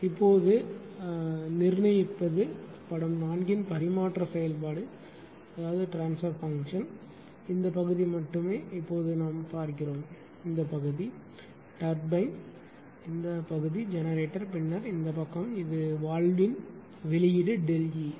இப்போது நிர்ணயிப்பது படம் 4 இன் பரிமாற்ற செயல்பாடு அதாவது இந்த பகுதி மட்டுமே இப்போது பார்க்கும் இந்த பகுதி இந்த பகுதி டர்பைன் ஜெனரேட்டர் பின்னர் இந்த பக்கம் இது வால்வின் வெளியீடு ΔE இது வெளியீடு